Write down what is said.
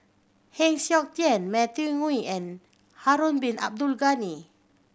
Heng Siok Tian Matthew Ngui and Harun Bin Abdul Ghani